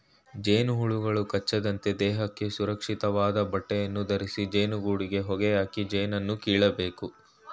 ಜೇನುಹುಳುಗಳು ಕಚ್ಚದಂತೆ ದೇಹಕ್ಕೆ ಸುರಕ್ಷಿತವಾದ ಬಟ್ಟೆಯನ್ನು ಧರಿಸಿ ಜೇನುಗೂಡಿಗೆ ಹೊಗೆಯಾಕಿ ಜೇನನ್ನು ಕೇಳಬೇಕು